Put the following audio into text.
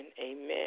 amen